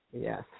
Yes